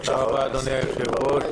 תודה רבה, אדוני היושב-ראש.